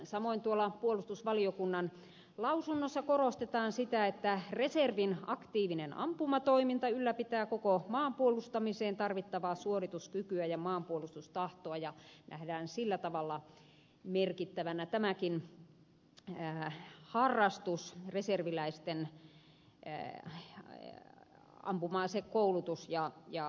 samoin tuolla puolustusvaliokunnan lausunnossa korostetaan sitä että reservin aktiivinen ampumatoiminta ylläpitää koko maan puolustamiseen tarvittavaa suorituskykyä ja maanpuolustustahtoa ja nähdään sillä tavalla merkittävänä tämäkin reserviläisten ampuma asekoulutus ja harrastus